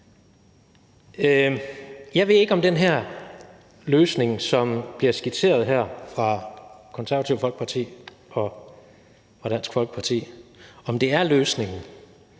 Jeg ved ikke, om den her løsning, som bliver skitseret her, fra Det Konservative Folkeparti og Dansk Folkeparti, er løsningen.